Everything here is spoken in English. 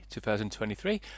2023